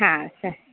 ಹಾಂ ಸರಿ